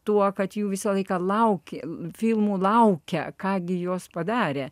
tuo kad jų visą laiką lauki filmų laukia ką gi jos padarė